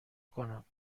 کنم